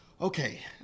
Okay